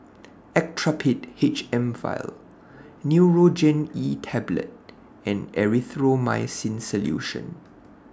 Actrapid H M Vial Nurogen E Tablet and Erythroymycin Solution